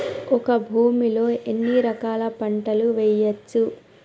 ఒక భూమి లో ఎన్ని రకాల పంటలు వేయచ్చు?